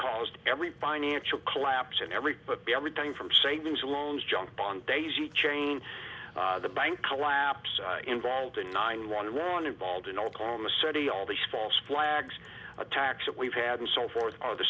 caused every financial collapse and every put everything from savings and loans junk bond daisy chain the bank collapse involved in nine one one involved in oklahoma city all the false flags attacks that we've had and so forth are the